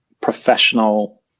professional